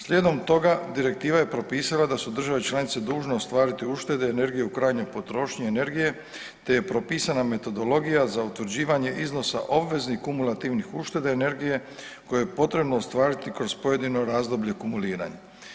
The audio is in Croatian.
Slijedom toga direktiva je propisala da su države članice dužne ostvariti uštede energije u krajnjoj potrošnji energije te je propisana metodologija za utvrđivanje iznosa obveznih i kumulativnih ušteda energije koje je potrebno ostvariti kroz pojedino razdoblje kumuliranja.